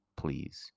Please